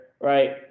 right